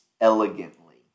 elegantly